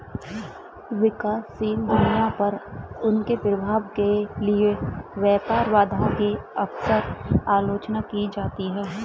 विकासशील दुनिया पर उनके प्रभाव के लिए व्यापार बाधाओं की अक्सर आलोचना की जाती है